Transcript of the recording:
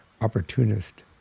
opportunist